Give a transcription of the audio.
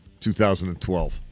2012